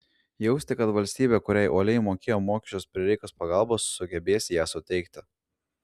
jausti kad valstybė kuriai uoliai mokėjo mokesčius prireikus pagalbos sugebės ją suteikti